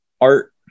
art